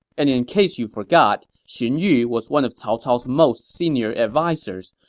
and in case you forgot, xun yu was one of cao cao's most senior advisers,